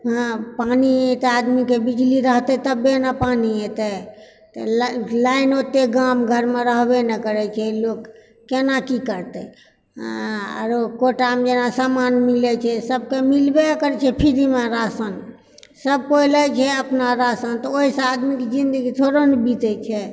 हऽ पानी तऽ आदमीके बिजली रहतै तबे ने पानि एतै तऽ ल लाइन ओते गाम घरमे रहबे नहि करै छै लोक केना की करतै आ आरो कोटामे जेना समान मिलै छै सभके मिलबे करै छै फ्रीमे राशन सभ कोइ लए छै अपना राशन तऽ ओहिसँ आदमी कऽ जिन्दगी थोरे ने बितै छै